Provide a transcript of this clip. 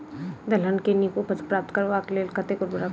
दलहन केँ नीक उपज प्राप्त करबाक लेल कतेक उर्वरक लागत?